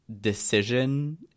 decision